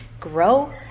grow